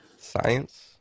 science